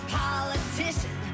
politician